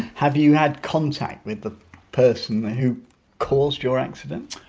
have you had contact with the person who caused your accident?